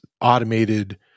automated